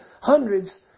hundreds